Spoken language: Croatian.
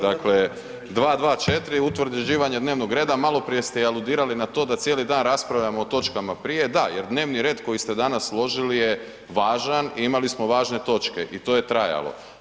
Dakle 224. utvrđivanje dnevnog reda, maloprije ste aludirali na to da cijeli dan raspravljamo o točkama prije, da, jer dnevni red koji ste danas složili je važan i imali smo važne točke i to je trajalo.